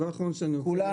הזמן